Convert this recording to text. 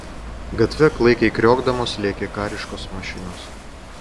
gatve klaikiai kriokdamos lėkė kariškos mašinos